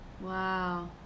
wow